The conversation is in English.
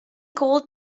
called